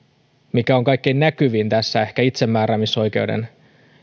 mikä on tässä ehkä itsemääräämisoikeuden